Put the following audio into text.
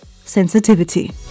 sensitivity